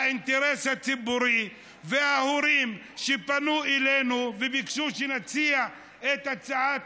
האינטרס הציבורי ההורים שפנו אלינו וביקשו שנציע את הצעת